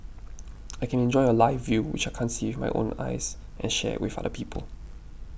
I can enjoy a live view which I can't see with my own eyes and share it with other people